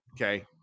okay